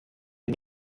had